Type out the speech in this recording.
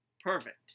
perfect